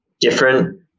different